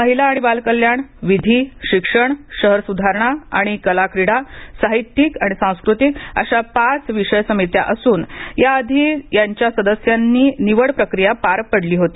महिला आणि बालकल्याण विधी शिक्षण शहर सुधारणा आणि कला क्रीडा साहित्यिक आणि सांस्क्रतिक अशा पाच विषय समित्या असून याआधी यांच्या सदस्यांची निवड प्रक्रिया पार पडली होती